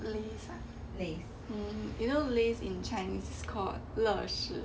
you know lay's in chinese called 乐事